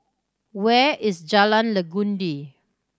where is Jalan Legundi